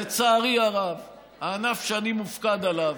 לצערי הרב, הענף שאני מופקד עליו,